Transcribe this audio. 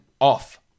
off